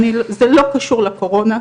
זה לא קשור לקורונה,